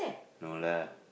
no lah